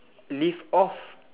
live off